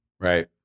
Right